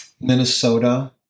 Minnesota